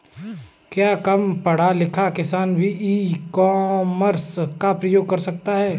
क्या कम पढ़ा लिखा किसान भी ई कॉमर्स का उपयोग कर सकता है?